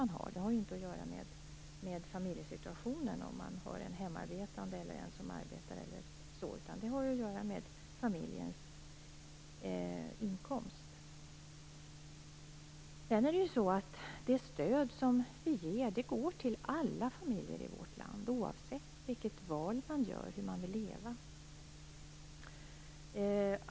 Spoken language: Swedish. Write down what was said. Det har inget att göra med familjesituationen - om någon är hemarbetande eller arbetar - utan det har att göra med familjens inkomst. Det stöd som vi ger går till alla familjer i vårt land oavsett vilket val de gör och hur de vill leva.